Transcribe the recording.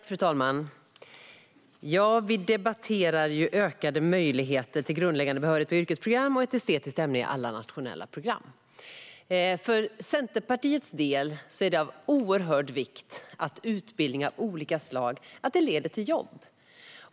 Fru talman! Vi debatterar ökade möjligheter till grundläggande behörighet på yrkesprogram och ett estetiskt ämne i alla nationella program. För Centerpartiets del är det av oerhört stor vikt att utbildningar av olika slag leder till jobb.